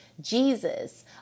Jesus